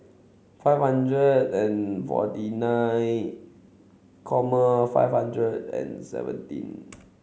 five hundred and forty nine five hundred and seventeen